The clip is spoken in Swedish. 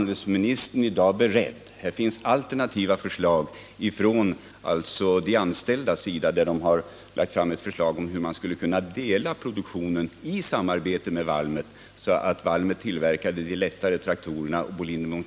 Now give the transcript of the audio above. Det finns alternativa förslag till lösningar. De anställda har lagt fram ett förslag om att man skulle kunna tänka sig att dela produktionen i samarbete med Valmet, så att Valmet tillverkade de lättare traktorerna och Volvo BM de tyngre.